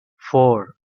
four